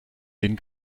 den